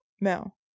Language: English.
Mel